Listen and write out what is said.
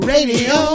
Radio